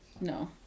no